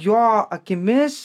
jo akimis